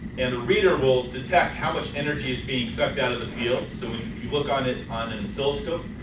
and the reader will detect how much energy is being sucked out of the field. so when you look on it on an oscilloscope,